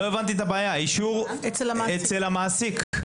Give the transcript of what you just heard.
האישור אצל המעסיק.